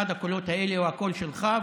אחד הקולות האלה הוא הקול שלך,